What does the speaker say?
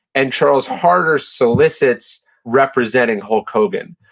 and charles harder solicits representing hulk hogan.